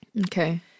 Okay